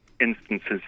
instances